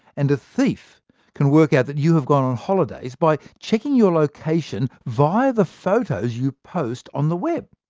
and a thief can work out that you have gone on holidays by checking your location via the photos you post on the web.